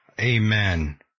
Amen